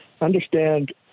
Understand